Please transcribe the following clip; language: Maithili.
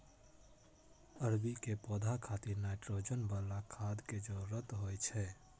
अरबी के पौधा खातिर नाइट्रोजन बला खाद के जरूरत होइ छै